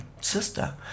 sister